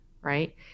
right